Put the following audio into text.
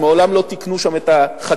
אז מעולם לא תיקנו שם את החקיקה,